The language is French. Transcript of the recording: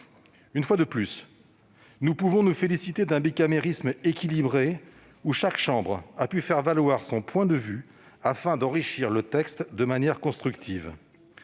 Une fois de plus, nous pouvons nous féliciter du fonctionnement d'un bicamérisme équilibré, dans lequel chaque chambre a pu faire valoir son point de vue afin d'enrichir le texte de manière constructive.